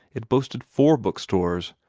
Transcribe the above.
it boasted four book-stores,